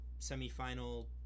semifinal